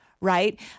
right